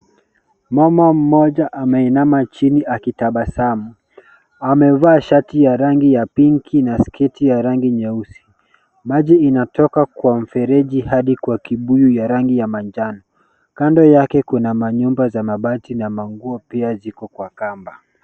Mama mmoja ameinama chini akitabasamu. Amevaa shati ya rangi ya pink na sketi nyeusi. Maji inatoka kwa mfereji hadi kwa kibuyu ya rangi yamanjano. Kando yake kuna mn=anyumba za mabati na manguo pia ziko kwa kamba.